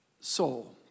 soul